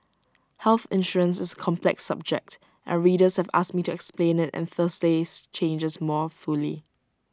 health insurance is A complex subject and readers have asked me to explain IT and Thursday's changes more fully